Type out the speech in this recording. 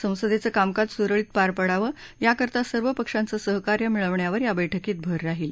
संसदेचं कामकाज सुरळीत पार पडावं याकरता सर्व पक्षांचं सहकार्य मिळवण्यावर या बैठकीत भर राहील